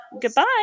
Goodbye